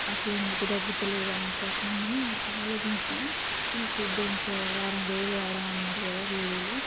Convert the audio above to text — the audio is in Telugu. అసలు ఎందుకు తగ్గుటం లేదు అంట అని ఆలోచించినాం కానీ చూద్దాం ఇంకో వారం రోజులు వాడమన్నారు కదా గోలీలు